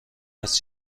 است